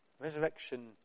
Resurrection